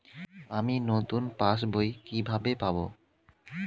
আমি নতুন পাস বই কিভাবে পাব?